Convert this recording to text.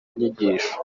inyigisho